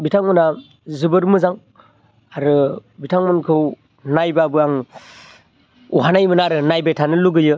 बिथांमोनहा जोबोद मोजां आरो बिथांमोनखौ नायबाबो आं अहानाय मोना आरो नायबाय थानो लुगैयो